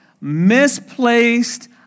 misplaced